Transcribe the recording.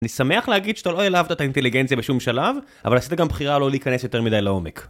אני שמח להגיד שאתה לא העלבת את האינטליגנציה בשום שלב, אבל עשית גם בחירה לא להיכנס יותר מדי לעומק.